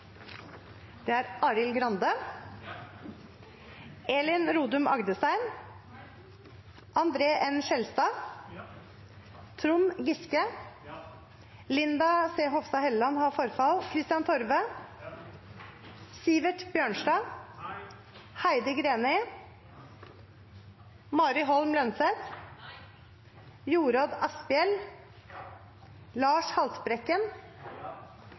Marit Arnstad, Arild Grande, André N. Skjelstad, Trond Giske, Kristian Torve, Heidi Greni, Jorodd Asphjell, Lars Haltbrekken,